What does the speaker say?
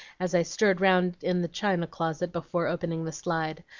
as i stirred round in the china closet before opening the slide,